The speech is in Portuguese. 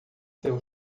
seu